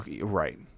Right